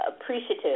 appreciative